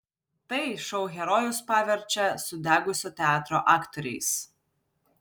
tai šou herojus paverčia sudegusio teatro aktoriais